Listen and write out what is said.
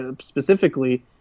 specifically